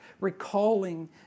recalling